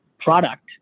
product